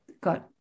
got